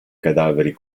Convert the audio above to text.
cadaveri